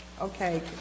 Okay